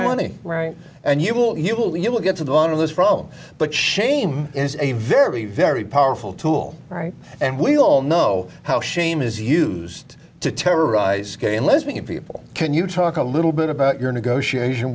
money right and you will you will you will get to the end of this problem but shame is a very very powerful tool right and we all know how shame is used to terrorize gay and lesbian people can you talk a little bit about your negotiation